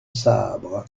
sabre